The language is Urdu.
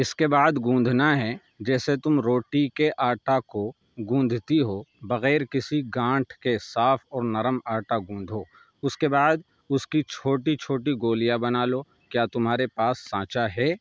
اس کے بعد گوندھنا ہے جیسے تم روٹی کے آٹا کو گوندھتی ہو بغیر کسی گانٹھ کے صاف اور نرم آٹا گوندھو اس کے بعد اس کی چھوٹی چھوٹی گولیاں بنا لو کیا تمہارے پاس سانچہ ہے